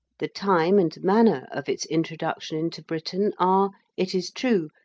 the time and manner of its introduction into britain are, it is true,